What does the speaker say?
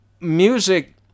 music